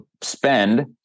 spend